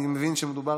אני מבין שמדובר